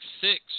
six